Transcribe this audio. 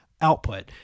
output